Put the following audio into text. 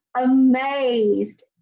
amazed